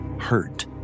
hurt